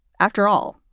after all,